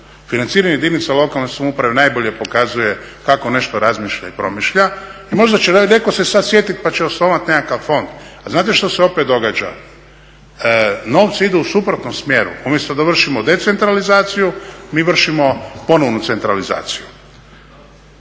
financiranju jedinica lokalne samouprave najbolje pokazuje kako nešto razmišlja i promišlja. I možda će netko se sad sjetiti pa će osnovati nekakav fond. A znate što se opet događa? Novci idu u suprotnom smjeru. Umjesto da vršimo decentralizaciju, mi vršimo ponovnu centralizaciju.